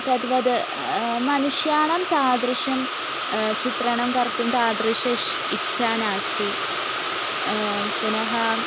तद्वत् मनुष्याणां तादृशं चित्रं कर्तुं तादृश इश् इच्छा नास्ति पुनः